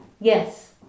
Yes